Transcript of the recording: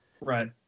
Right